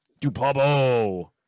Dupabo